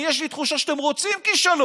אני, יש לי תחושה שאתם רוצים כישלון.